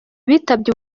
bitabye